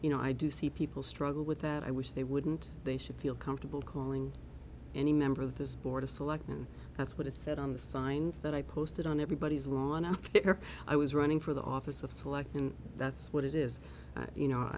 you know i do see people struggle with that i wish they wouldn't they should feel comfortable calling any member of this board of selectmen that's what it said on the signs that i posted on everybody's lawn up there i was running for the office of select and that's what it is you know